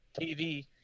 TV